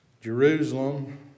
Jerusalem